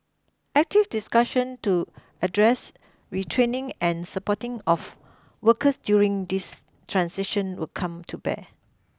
active discussion to address retraining and supporting of workers during this transition will come to bear